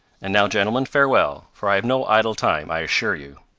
and now, gentlemen, farewell for i have no idle time, i assure you.